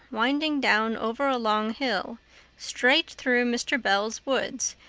winding down over a long hill straight through mr. bell's woods,